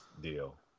deal